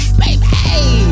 baby